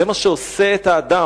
זה מה שעושה את האדם.